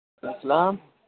والسلام